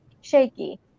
shaky